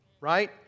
right